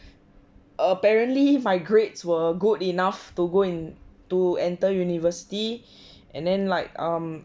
apparently my grades were good enough to go in to enter university and then like um